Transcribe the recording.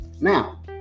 Now